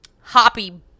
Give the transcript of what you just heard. hoppy